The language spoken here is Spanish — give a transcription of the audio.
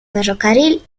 ferrocarril